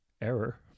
Error